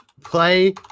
play